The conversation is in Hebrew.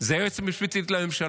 היועצת המשפטית לממשלה.